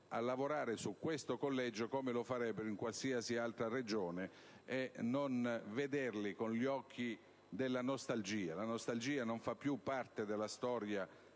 impegnare in questo collegio come farebbero per qualsiasi altra Regione, e non vederlo con gli occhi della nostalgia. La nostalgia non fa più parte dei